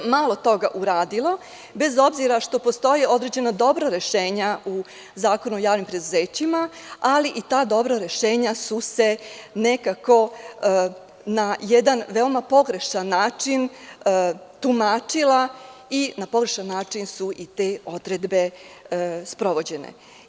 Malo toga se uradilo, bez obzira što postoje određeno dobra rešenja u Zakonu o javnim preduzećima, ali i ta dobra rešenja su se nekako na jedan veoma pogrešan način tumačila i na pogrešan način su i te odredbe sprovođene.